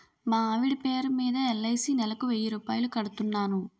మా ఆవిడ పేరు మీద ఎల్.ఐ.సి నెలకు వెయ్యి రూపాయలు కడుతున్నాను